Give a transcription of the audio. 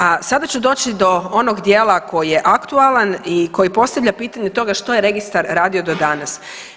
A sada ću doći do onog dijela koji je aktualan i koji postavlja pitanje toga što je registar radio do danas.